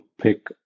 pick